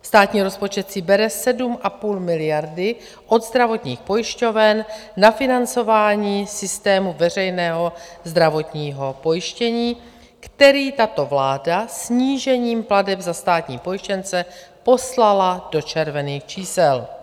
Státní rozpočet si bere 7,5 miliardy od zdravotních pojišťoven na financování systému veřejného zdravotního pojištění, který tato vláda snížením plateb za státní pojištěnce poslala do červených čísel.